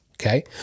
okay